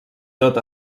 tot